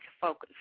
focus